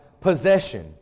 possession